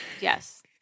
Yes